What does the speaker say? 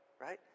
right